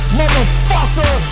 motherfucker